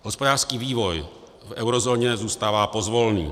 Hospodářský vývoj v eurozóně zůstává pozvolný.